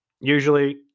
usually